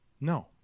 No